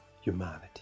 humanity